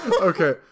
Okay